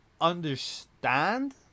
understand